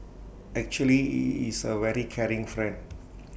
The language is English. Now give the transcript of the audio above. actually he is A very caring friend